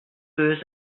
que